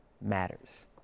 matters